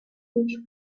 each